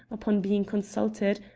upon being consulted,